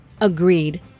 Agreed